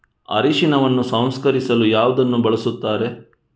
ಅರಿಶಿನವನ್ನು ಸಂಸ್ಕರಿಸಲು ಯಾವುದನ್ನು ಬಳಸುತ್ತಾರೆ?